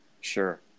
sure